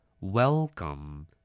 Welcome